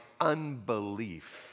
unbelief